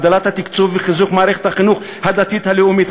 הגדלת התקצוב וחיזוק מערכת החינוך הדתית הלאומית,